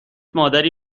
مادری